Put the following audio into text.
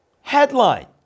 headline